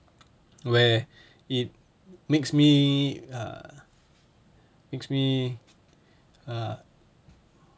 where it makes me err makes me err